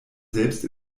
selbst